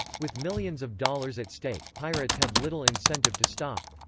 with millions of dollars at stake, pirates have little incentive to stop.